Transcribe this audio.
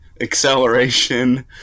acceleration